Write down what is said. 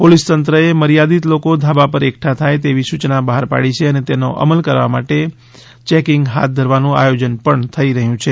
police તંત્ર એ મર્યાદિત લોકો ધાબા પર એકઠા થાય તેવી સૂચના બહાર પડી છે અને તેનો અમલ કરાવવા માટે કાલે ચેકિંગ હાથ ધરવાનું આયોજન પણ થઈ રહ્યું છે